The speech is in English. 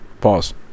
Pause